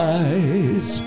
eyes